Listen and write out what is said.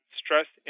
stress